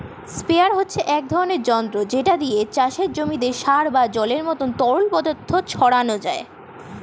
sprayer হচ্ছে এক ধরনের যন্ত্র যেটা দিয়ে চাষের জমিতে সার বা জলের মতো তরল পদার্থ ছড়ানো যায়